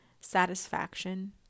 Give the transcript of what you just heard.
Satisfaction